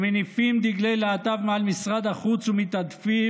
שמניפים דגלי להט"ב מעל משרד החוץ ומתעדפים